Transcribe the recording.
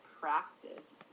practice